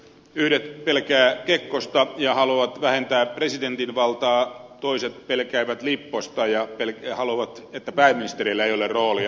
yhdet pelkäävät kekkosta ja haluavat vähentää presidentin valtaa toiset pelkäävät lipposta ja haluavat että pääministerillä ei ole roolia